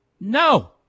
No